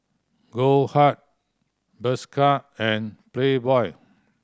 Goldheart Bershka and Playboy